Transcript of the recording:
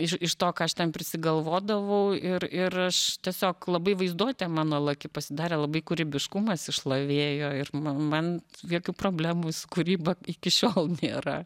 iš iš to ką aš ten prisigalvodavau ir ir aš tiesiog labai vaizduotė mano laki pasidarė labai kūrybiškumas išlavėjo ir ma man jokių problemų su kūryba iki šiol nėra